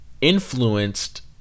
influenced